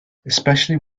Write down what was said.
especially